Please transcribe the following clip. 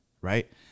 right